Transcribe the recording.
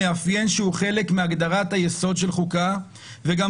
מאפיין שהוא חלק מהגדרת היסוד של חוקה וגם